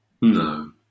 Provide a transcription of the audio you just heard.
No